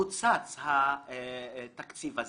קוצץ התקציב הזה.